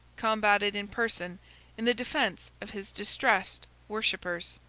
combated in person in the defence of his distressed worshippers.